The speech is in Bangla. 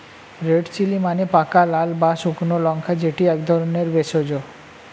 রেড চিলি মানে পাকা লাল বা শুকনো লঙ্কা যেটি এক ধরণের ভেষজ